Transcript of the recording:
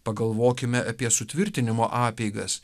pagalvokime apie sutvirtinimo apeigas